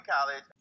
college